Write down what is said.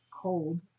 cold